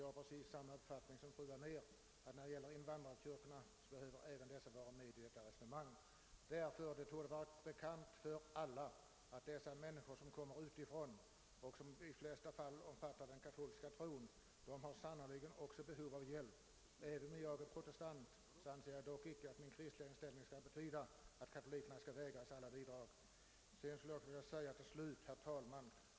Jag har precis samma uppfattning som fru Anér att även invandrarkyrkorna behöver komma med i dessa resonemang och få ekonomiskt stöd. De människor som utifrån kommer till vårt land omfattar i de flesta fall den katolska tron. Det torde vara bekant för alla att de mycket ofta behöver få ekonomisk hjälp. Även om jag är protestant anser jag att min kristliga inställning inte får medföra att jag vägrar katoliker bidrag.